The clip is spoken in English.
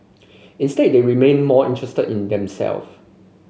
instead they remained more interested in them self